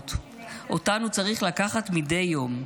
התרופות שאותן הוא צריך לקחת מדי יום.